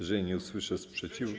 Jeżeli nie usłyszę sprzeciwu.